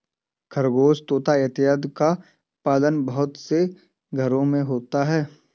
खरगोश तोता इत्यादि का पालन बहुत से घरों में होता है